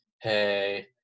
hey